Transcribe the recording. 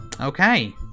Okay